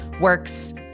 works